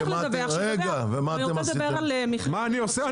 מה אתם עושים?